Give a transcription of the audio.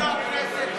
אם לא הכנסת,